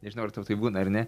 nežinau ar tau taip būna ar ne